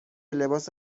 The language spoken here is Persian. لباس